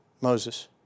Moses